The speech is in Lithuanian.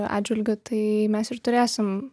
atžvilgiu tai mes ir turėsim